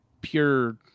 pure